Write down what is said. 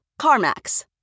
CarMax